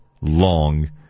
long